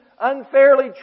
unfairly